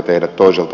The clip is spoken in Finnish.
herra puhemies